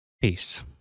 peace